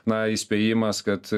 na įspėjimas kad